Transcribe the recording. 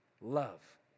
love